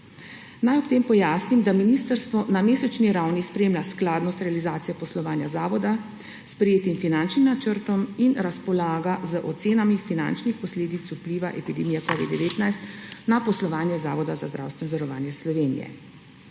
Naj ob tem pojasnim, da ministrstvo za mesečni ravni spremlja skladnost realizacije poslovanja zavoda s sprejetim finančnim načrtom in razpolaga z ocenami finančnih posledic vpliva epidemije covida-19 na poslovanje Zavoda za zdravstveno zavarovanje Slovenije.